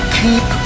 keep